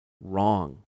wrong